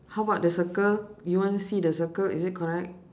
how about the circle you want to see the circle is it correct